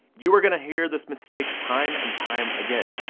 you are gonna hear this mistake time, and time again.